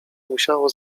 musiało